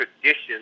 tradition